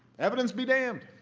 evidence be damned,